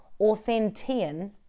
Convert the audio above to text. authentian